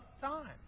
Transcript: time